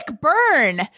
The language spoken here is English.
burn